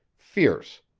fierce,